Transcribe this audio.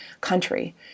country